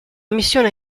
missione